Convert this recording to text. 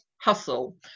hustle